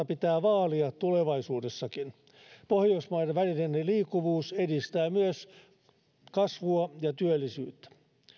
pitää vaalia tulevaisuudessakin pohjoismaiden välinen liikkuvuus edistää myös kasvua ja työllisyyttä